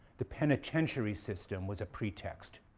the penitentiary system was a pretext.